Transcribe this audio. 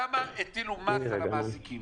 כמה מס הטילו על המעסיקים.